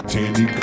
Tandy